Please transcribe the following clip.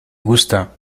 gusta